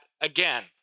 again